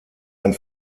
ein